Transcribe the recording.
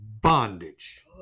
bondage